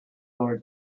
lure